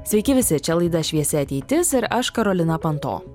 sveiki visi čia laida šviesi ateitis ir aš karolina panto